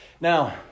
Now